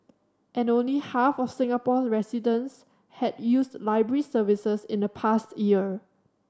and only half of Singapore residents had used library services in the past year